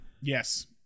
Yes